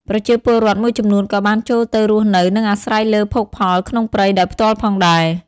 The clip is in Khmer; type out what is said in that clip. ប្រជាពលរដ្ឋមួយចំនួនក៏បានចូលទៅរស់នៅ និងអាស្រ័យលើភោគផលក្នុងព្រៃដោយផ្ទាល់ផងដែរ។